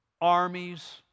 armies